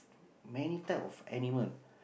many type of animal